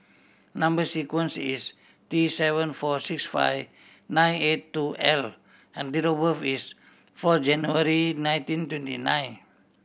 number sequence is T seven four six five nine eight two L and date of birth is four January nineteen twenty nine